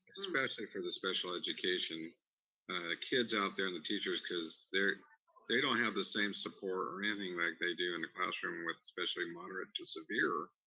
especially for the special education kids out there, and the teachers cause they don't have the same support or anything like they do in the classroom, with especially moderate-to-severe,